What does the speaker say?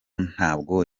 ntabwo